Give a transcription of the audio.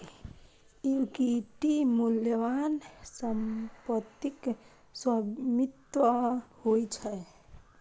equity मूल्यवान संपत्तिक स्वामित्व होइ छै